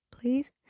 Please